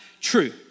true